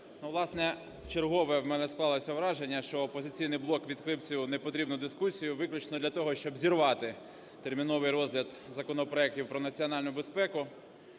власне, вчергове в мене склалося враження, що "Опозиційний блок" відкрив цю непотрібну дискусію виключно для того, щоб зірвати терміновий розгляд законопроектів про національну безпеку,